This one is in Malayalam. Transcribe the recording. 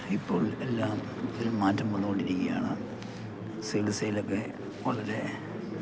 ഇപ്പോൾ എല്ലാത്തിലും മാറ്റം വന്നു കൊണ്ടിരിക്കുകയാണ് ചികിൽസയിലൊക്കെ വളരെ